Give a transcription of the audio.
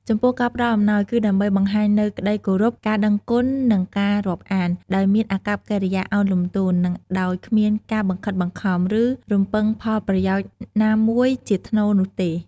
ចំពោះការផ្ដល់អំណោយគឺដើម្បីបង្ហាញនូវ ក្តីគោរព ការដឹងគុណ និងការរាប់អាន ដោយមានអាកប្បកិរិយាឱនលំទោន និងដោយគ្មានការបង្ខិតបង្ខំ ឬរំពឹងផលប្រយោជន៍ណាមួយជាថ្នូរនោះទេ។